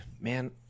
man